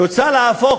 רוצה להפוך,